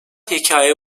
hikaye